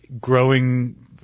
growing